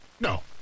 No